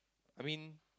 I mean